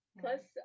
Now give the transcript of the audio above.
plus